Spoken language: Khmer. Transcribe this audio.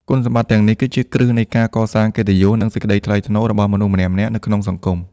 គុណសម្បត្តិទាំងនេះ គឺជាគ្រឹះនៃការកសាង កិត្តិយស និង សេចក្តីថ្លៃថ្នូរ របស់មនុស្សម្នាក់ៗនៅក្នុងសង្គម។